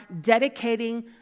dedicating